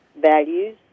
values